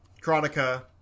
chronica